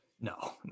no